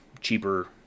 cheaper